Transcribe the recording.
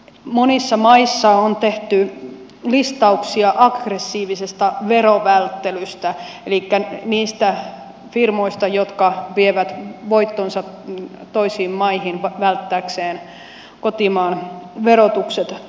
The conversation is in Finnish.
monissa maissa on tehty listauksia aggressiivisesta veronvälttelystä elikkä niistä firmoista jotka vievät voittonsa toisiin maihin välttääkseen kotimaan verotukset